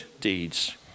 deeds